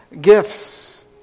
gifts